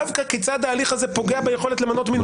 דווקא כיצד ההליך הזה פוגע ביכולת למנות מינויים.